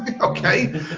Okay